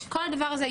כל הדבר הזה,